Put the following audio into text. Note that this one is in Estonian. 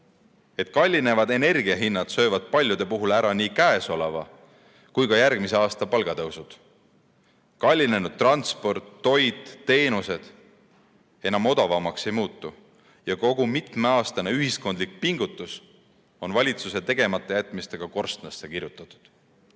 et kallinevad energiahinnad söövad paljude puhul ära nii käesoleva kui ka järgmise aasta palgatõusu. Kallinenud transport, toit ja teenused enam odavamaks ei muutu ning kogu mitmeaastane ühiskondlik pingutus on valitsuse tegematajätmiste tõttu korstnasse kirjutatud.